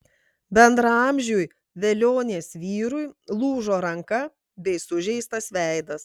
bendraamžiui velionės vyrui lūžo ranka bei sužeistas veidas